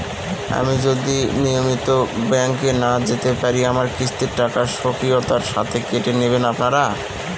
আমি যদি নিয়মিত ব্যংকে না যেতে পারি আমার কিস্তির টাকা স্বকীয়তার সাথে কেটে নেবেন আপনারা?